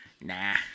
nah